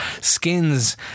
Skins